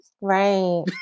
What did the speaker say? Right